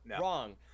wrong